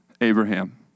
Abraham